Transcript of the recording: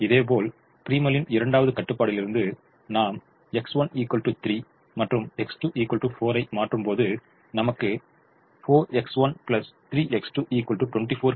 இதேபோல் ப்ரிமலின் இரண்டாவது கட்டுப்பாட்டிலிருந்து நாம் X1 3 மற்றும் X2 4 ஐ மாற்றும்போது நமக்கு 4X13X2 24 கிடைக்கிறது எனவே u20